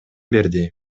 берди